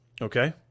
Okay